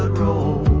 ah roll